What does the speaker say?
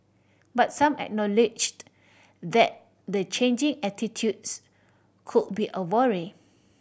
but some acknowledged that the changing attitudes could be a worry